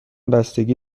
بستگی